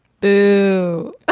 boo